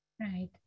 Right